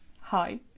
hi